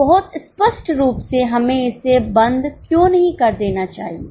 तो बहुत स्पष्ट रूप से हमें इसे बंद क्यों नहीं कर देना चाहिए